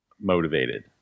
motivated